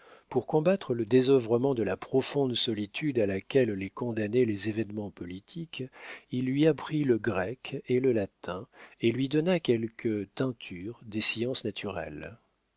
pour combattre le désœuvrement de la profonde solitude à laquelle les condamnaient les événements politiques il lui apprit le grec et le latin et lui donna quelque teinture des sciences naturelles